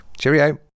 Cheerio